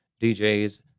DJs